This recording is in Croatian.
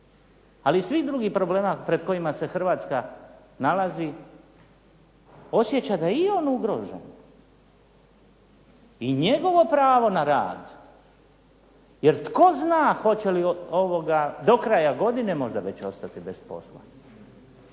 i svih drugih problema pred kojima se Hrvatska nalazi osjeća da je i on ugrožen, i njegovo pravo na rad jer tko zna hoće li do kraja godine možda već ostati bez posla,